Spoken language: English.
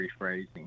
rephrasing